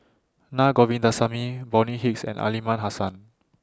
Naa Govindasamy Bonny Hicks and Aliman Hassan